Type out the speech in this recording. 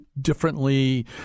differently